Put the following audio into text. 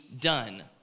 done